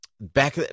back